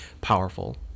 powerful